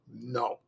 No